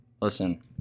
listen